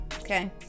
okay